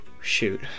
Shoot